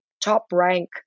top-rank